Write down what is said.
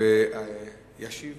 הנושאים האחרים